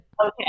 Okay